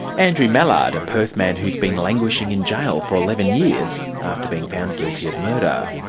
andrew mallard, a perth man who's been languishing in jail for eleven years, after being found guilty of murder.